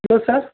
hello sir